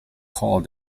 called